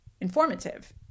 informative